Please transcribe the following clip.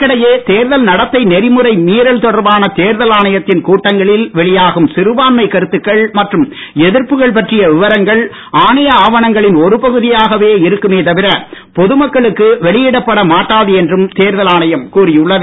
இதற்கிடையே தேர்தல் நடத்தை நெறிமுறை மீறல் தொடர்பான தேர்தல் ஆணையத்தின் கூட்டங்களில் வெளியாகும் சிறுபான்மை கருத்துக்கள் மற்றும் எதிர்ப்புகள் பற்றிய விவரங்கள் ஆணைய ஆவணங்களின் ஒருபகுதியாக இருக்குமே தவிர பொது மக்களுக்கு வெளியிடப்பட மாட்டாது என்றும் தேர்தல் ஆணையம் கூறி உள்ளது